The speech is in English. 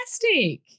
fantastic